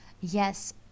yes